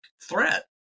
threat